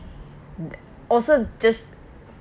also just